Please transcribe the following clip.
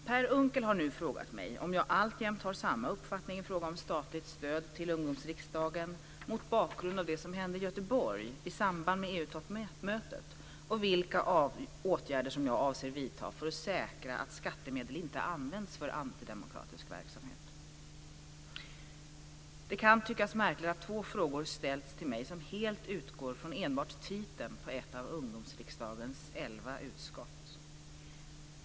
Per Unckel har nu frågat mig om jag alltjämt har samma uppfattning i fråga om statligt stöd till Ungdomsriksdagen mot bakgrund av det som hände i Göteborg i samband med EU-toppmötet och vilka åtgärder jag avser vidta för att säkra att skattemedel inte används för antidemokratisk verksamhet. Det kan tyckas märkligt att två frågor ställts till mig som helt utgår från enbart titeln på ett av Ungdomsriksdagens elva utskott.